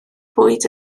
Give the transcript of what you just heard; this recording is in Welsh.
bwyd